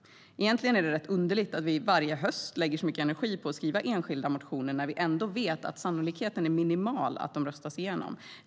Egentligen är det rätt underligt att vi varje höst lägger så mycket energi på att skriva enskilda motioner när vi ändå vet att sannolikheten är minimal för att de ska röstas igenom.